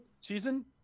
season